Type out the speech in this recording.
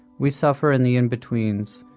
we suffer in the in-betweens,